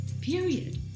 Period